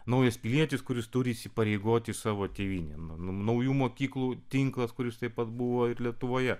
naujas pilietis kuris turi įsipareigoti savo tėvynei nu naujų mokyklų tinklas kuris taip pat buvo ir lietuvoje